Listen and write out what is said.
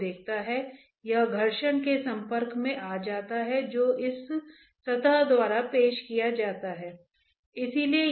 तो वह x दिशा में मोमेंटम है